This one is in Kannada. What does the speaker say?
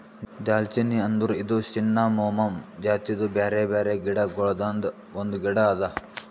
ದಾಲ್ಚಿನ್ನಿ ಅಂದುರ್ ಇದು ಸಿನ್ನಮೋಮಮ್ ಜಾತಿದು ಬ್ಯಾರೆ ಬ್ಯಾರೆ ಗಿಡ ಗೊಳ್ದಾಂದು ಒಂದು ಗಿಡ ಅದಾ